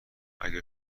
اگر